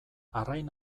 arrain